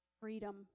freedom